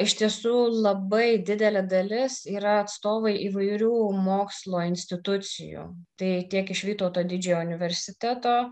iš tiesų labai didelė dalis yra atstovai įvairių mokslo institucijų tai tiek iš vytauto didžiojo universiteto